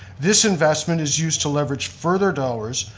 this investment is used to leverage further dollars,